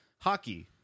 hockey